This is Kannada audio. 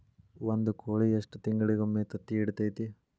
ಒಂದ್ ಕೋಳಿ ಎಷ್ಟ ತಿಂಗಳಿಗೊಮ್ಮೆ ತತ್ತಿ ಇಡತೈತಿ?